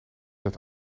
dat